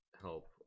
help